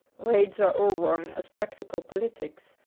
raids are all wrong as practical politics,